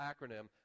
acronym